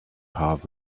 half